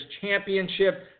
Championship